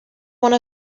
one